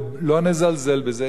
ולא נזלזל בזה,